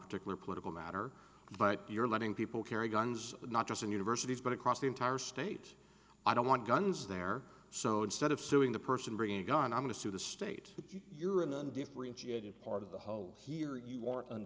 particular political matter but you're letting people carry guns not just in universities but across the entire state i don't want guns there so do stead of suing the person bringing a gun i'm going to sue the state you're in undifferentiated part of the hole here you